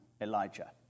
Elijah